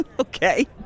Okay